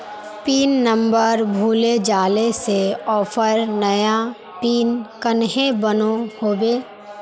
Pin number भूले जाले से ऑफर नया पिन कन्हे बनो होबे?